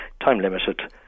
time-limited